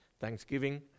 Thanksgiving